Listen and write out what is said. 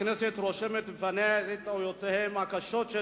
הכנסת רושמת לפניה את טענותיהם הקשות של